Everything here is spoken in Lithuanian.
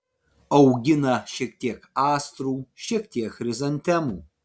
augina šiek tiek astrų šiek tiek chrizantemų